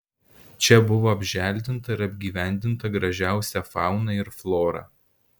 čia buvo apželdinta ir apgyvendinta gražiausia fauna ir flora